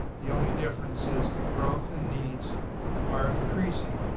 the only difference is the growth and needs are increasing.